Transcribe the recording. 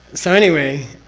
so anyway.